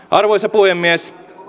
arvoisa puhemies